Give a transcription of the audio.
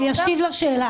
שישיב לשאלה.